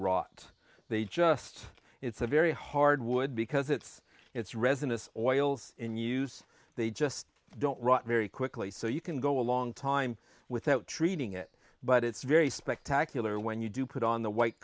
rot they just it's a very hard wood because it's it's resinous oils in use they just don't rot very quickly so you can go a long time without treating it but it's very spectacular when you do put on the white